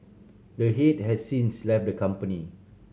the head has since left the company